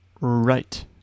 Right